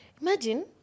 Imagine